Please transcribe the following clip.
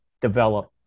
develop